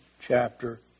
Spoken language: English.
chapter